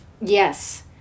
Yes